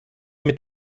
mit